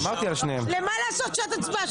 למה לעשות שעת הצבעה?